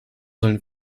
sollen